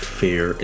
fear